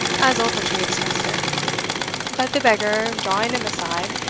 as ochiltree expressed it but the beggar, drawing him aside,